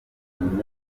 miliyoni